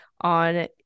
on